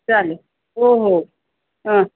चालेल हो हो